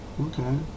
Okay